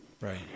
Right